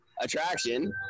attraction